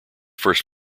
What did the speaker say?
first